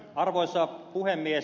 arvoisa puhemies